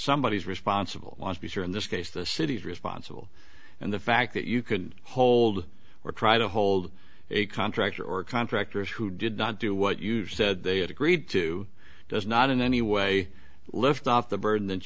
somebody is responsible to be sure in this case the city is responsible and the fact that you could hold or try to hold a contractor or contractors who did not do what you said they had agreed to does not in any way lift off the burden that